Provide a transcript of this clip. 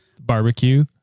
Barbecue